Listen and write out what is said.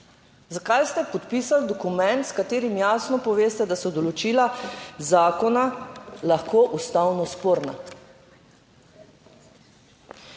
zakaj ste podpisali dokument, s katerim jasno poveste, da so določila zakona lahko ustavno sporna.